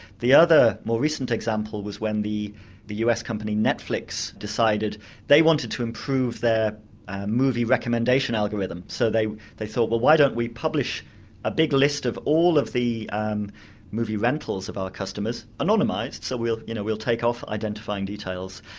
the other more recent example was when the the us company netflix decided they wanted to improve their movie recommendation algorithm, so they they thought, well, why don't we publish a big list of all of the um movie rentals of our customers, anonymised, so we'll you know we'll take off identifying details,